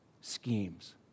schemes